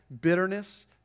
bitterness